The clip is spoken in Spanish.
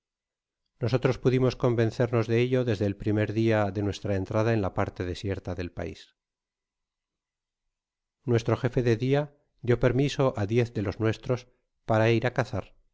nosotros pudimos convencemos de ello desde el primer dia de nuestra entrada en la parte desierta del pais nuestro jefe de dia dió permiso á diez de los nuestros para ir á cazar